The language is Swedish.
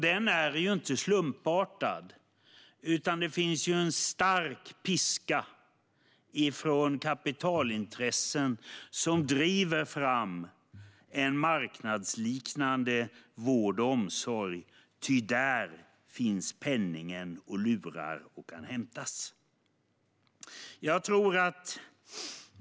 Den är inte slumpartad, utan det finns en stark piska från kapitalintressen som driver fram en marknadsliknande vård och omsorg. Ty där finns penningen och lurar och kan hämtas.